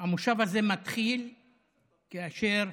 המושב הזה מתחיל כאשר